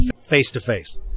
face-to-face